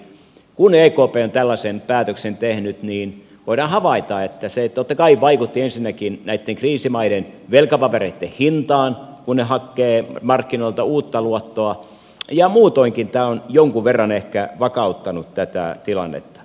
kun ekp on tällaisen päätöksen tehnyt niin voidaan havaita että se totta kai vaikutti ensinnäkin näitten kriisimaiden velkapapereitten hintaan kun ne hakevat markkinoilta uutta luottoa ja muutoinkin tämä on jonkun verran ehkä vakauttanut tätä tilannetta